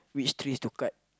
which trees to cut